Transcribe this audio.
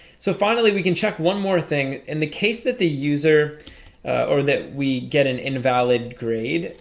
so finally we can check one more thing in the case that the user or that we get an invalid grade.